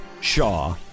Shaw